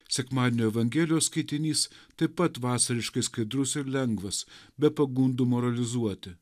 sekmadienio evangelijos skaitinys taip pat vasariškai skaidrus ir lengvas be pagundų moralizuoti